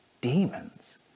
demons